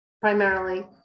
Primarily